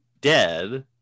dead